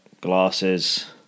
glasses